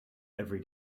every